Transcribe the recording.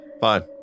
Fine